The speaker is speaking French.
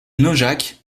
naujac